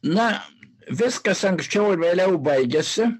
na viskas anksčiau ar vėliau baigiasi